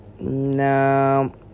No